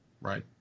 Right